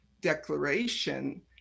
declaration